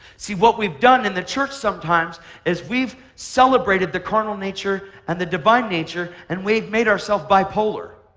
see, what we've done in the church sometimes is we've celebrated the carnal nature and the divine nature, and we've made ourselves bipolar.